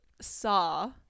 saw